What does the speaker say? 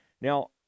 Now